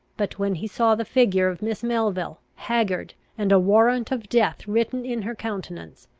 but, when he saw the figure of miss melville, haggard, and a warrant of death written in her countenance,